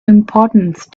importance